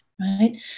Right